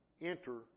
enter